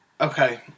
okay